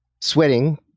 sweating